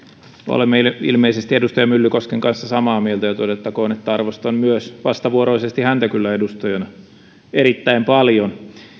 olemme ilmeisesti edustaja myllykosken kanssa samaa mieltä ja todettakoon että arvostan myös vastavuoroisesti häntä kyllä edustajana erittäin paljon